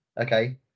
okay